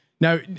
Now